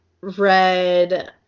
read